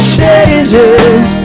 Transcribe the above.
changes